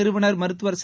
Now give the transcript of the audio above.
நிறுவன் மருத்துவர் ச